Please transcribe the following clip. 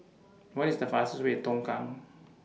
What IS The fastest Way Tongkang